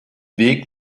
weg